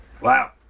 wow